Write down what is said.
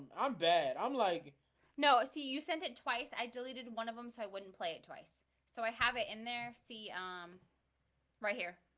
i'm bad. i'm like no ah see you sent it twice. i deleted one of them so i wouldn't play it twice so i have it in there. um right here.